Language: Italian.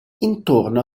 intorno